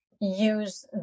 use